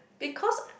because